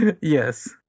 Yes